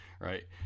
right